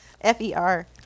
F-E-R